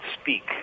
speak